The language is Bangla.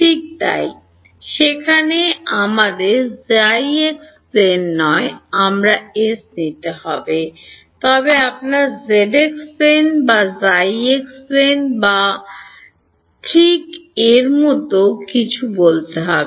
ঠিক তাই সেখানে আমাদের জাই এক্স প্লেনে নয় আমাদের এস নিতে হবে তবে আপনার zx প্লেন বা জাই প্লেন বা ঠিক এর মতো কিছু বলতে হবে